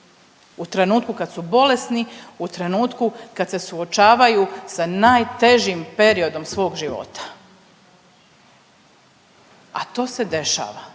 u trenutku kad su bolesni, u trenutku kad se suočavaju sa najtežim periodom svog života, a to se dešava.